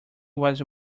was